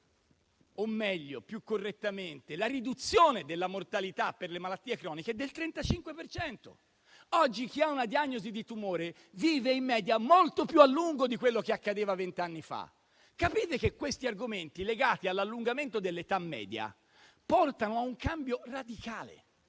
o, meglio, più correttamente, la riduzione della mortalità per le malattie croniche - è del 35 per cento. Oggi chi ha una diagnosi di tumore vive in media molto più a lungo di quello che accadeva vent'anni fa. Capite che questi argomenti, legati all'allungamento dell'età media, portano a un cambio radicale?